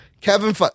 Kevin